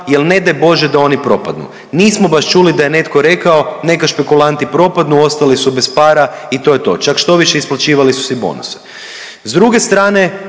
jer ne daj Bože da oni propadnu. Nismo baš čuli da je netko rekao, neka špekulanti propadnu, ostali su bez para i to je to, čak štoviše, isplaćivali su si bonuse. S druge strane,